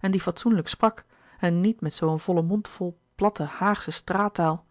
en die fatsoenlijk sprak en niet met zoo een vollen mond vol platte haagsche straattaal